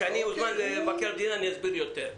כאשר אוזמן למבקר המדינה אני אסביר יותר.